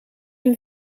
een